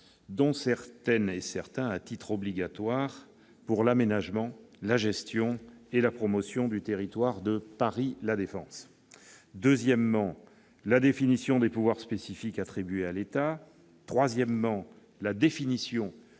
dont certaines et certains à titre obligatoire, pour l'aménagement, la gestion et la promotion du territoire de " Paris La Défense "; la définition des pouvoirs spécifiques attribués à l'État ; la définition